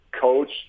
coach